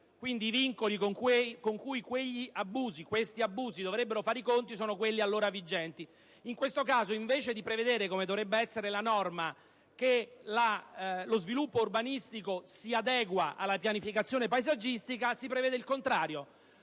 quindi i vincoli con cui questi abusi dovrebbero fare i conti sono quelli allora vigenti. In questo caso, invece di prevedere, come dovrebbe essere la norma, che lo sviluppo urbanistico si adegui alla pianificazione paesaggistica, si prevede il contrario,